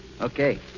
Okay